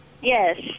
yes